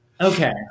Okay